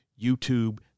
YouTube